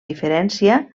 diferència